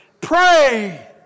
Pray